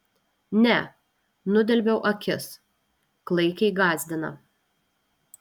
ne nudelbiau akis klaikiai gąsdina